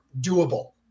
doable